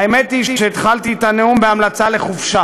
האמת היא שהתחלתי את הנאום בהמלצה לחופשה,